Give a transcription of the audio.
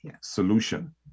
solution